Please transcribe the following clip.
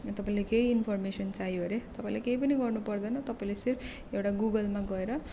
तपाईँलाई केही इनफर्मेसन चाहियो हरे तपाईँले केही पनि गर्नु पर्दैन तपाईँले सिर्फ एउटा गुगलमा गएर